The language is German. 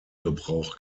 gebrauch